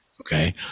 okay